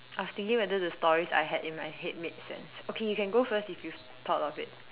I was thinking whether the stories I had in my head made sense okay you can go first if you thought of it